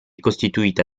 costituita